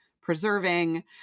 preserving